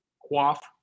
quaff